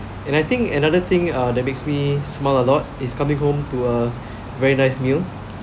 and I think another thing uh that makes me smile a lot is coming home to a very nice meal